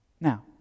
Now